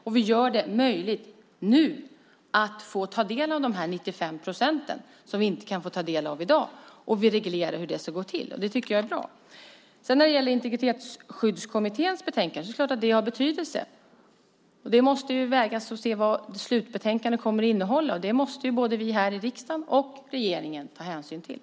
Och vi gör det nu möjligt att få ta del av de 95 procent som vi inte kan få ta del av i dag, och vi reglerar hur det ska gå till. Det tycker jag är bra. Sedan är det klart att Integritetsskyddskommitténs betänkande har betydelse. Vi måste se vad slutbetänkandet kommer att innehålla, och det måste både vi här i riksdagen och regeringen ta hänsyn till.